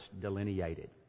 delineated